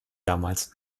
damals